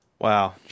Wow